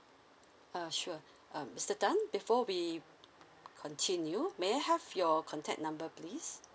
uh sure um mister tan before we continue may I have your contact number please